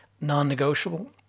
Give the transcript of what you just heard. non-negotiable